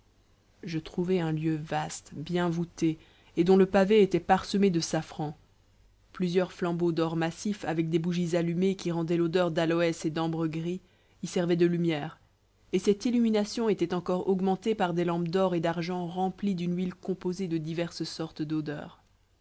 je trouvai un lieu vaste bien voûté et dont le pavé était parsemé de safran plusieurs flambeaux d'or massif avec des bougies allumées qui rendaient l'odeur d'aloès et d'ambre gris y servaient de lumière et cette illumination était encore augmentée par des lampes d'or et d'argent remplies d'une huile composée de diverses sortes d'odeurs